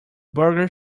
burger